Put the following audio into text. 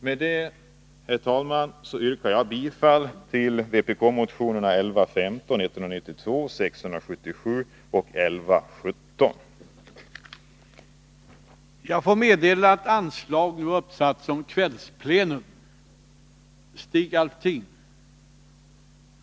Med detta, herr talman, yrkar jag bifall till vpk-motionerna 192, 677, 1115 och 1117.